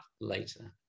later